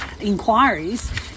inquiries